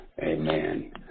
Amen